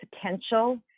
potential